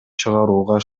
чыгарууга